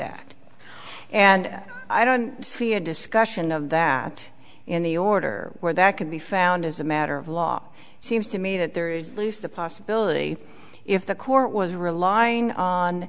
that and i don't see a discussion of that in the order where that can be found as a matter of law seems to me that there is least the possibility if the court was relying on